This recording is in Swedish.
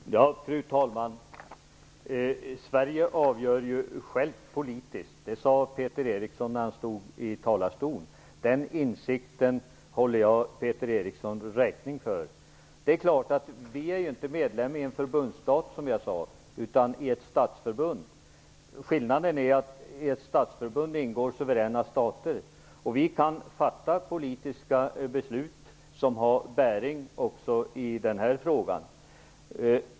Fru talman! Sverige avgör självt politiskt. Det sade Peter Eriksson när han stod i talarstolen. Den insikten håller jag Peter Eriksson räkning för. Vi är inte medlemmar i en förbundsstat, som jag tidigare sade, utan i ett statsförbund. Skillnaden är att i ett statsförbund ingår suveräna stater. Vi kan fatta politiska beslut som har bäring också i den här frågan.